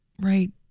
Right